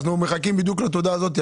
אנחנו מחכים בדיוק לתודה הזאת.